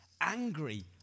angry